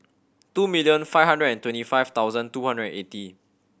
two million five hundred and twenty five thousand two hundred and eighty